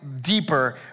deeper